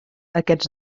aquests